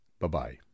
Bye-bye